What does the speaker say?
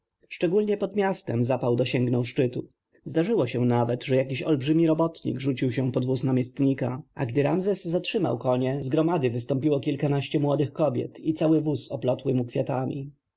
szczególnie pod miastem zapał dosięgnął szczytu zdarzyło się nawet że jakiś olbrzymi robotnik rzucił się pod wóz namiestnika a gdy ramzes zatrzymał konie z gromady wystąpiło kilkanaście młodych kobiet i cały wóz oplotły mu kwiatami